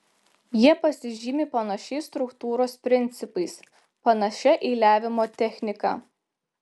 jie pasižymi panašiais struktūros principais panašia eiliavimo technika